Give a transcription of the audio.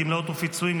גמלאות ופיצויים,